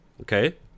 Okay